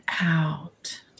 out